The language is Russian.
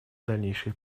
дальнейших